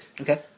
Okay